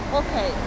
okay